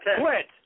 Quit